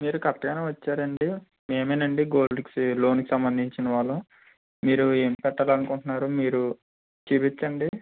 మీరు కరెక్ట్ గా వచ్చారండి మేమే అండి గోల్డ్ లోన్కి సంబంధించిన వాళ్ళం మీరు ఏం పెట్టాలి అనుకుంటున్నారు మీరు చూపించండి